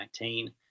2019